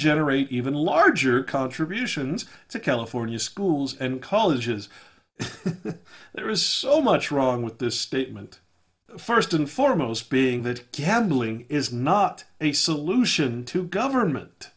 generate even larger contributions to california schools and colleges there is so much wrong with this statement first and foremost being that gaveling is not a solution to government